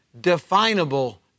definable